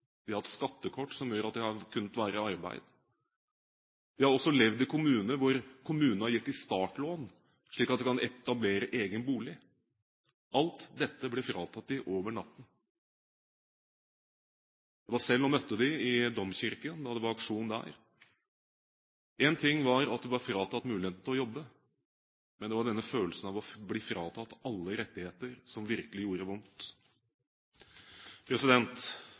De har hatt skattekort som gjør at de har kunnet være i arbeid. De har også levd i kommuner hvor kommunen har gitt dem startlån, slik at de kunne etablere egen bolig. Alt dette ble fratatt dem over natten. Jeg var selv og møtte dem i Domkirken da det var aksjon der. Én ting var at de var fratatt muligheten til å jobbe, men det var følelsen av å bli fratatt alle rettigheter som virkelig gjorde